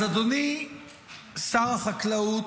אז אדוני שר החקלאות,